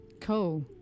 cool